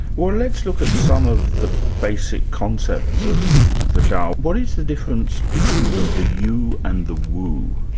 well let's look at some of the basic concepts of the dao. what is the difference between the you and the wu?